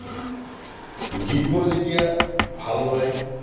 গীতবোৰ যেতিয়া ভাল হয়